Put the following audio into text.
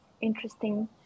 interesting